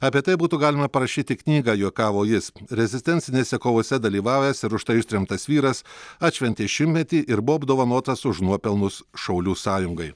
apie tai būtų galima parašyti knygą juokavo jis rezistencinėse kovose dalyvavęs ir už tai ištremtas vyras atšventė šimtmetį ir buvo apdovanotas už nuopelnus šaulių sąjungai